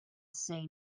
say